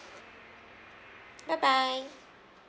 bye bye